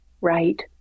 right